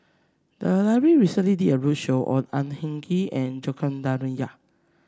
the library recently did a roadshow on Ang Hin Kee and Joaquim D'Almeida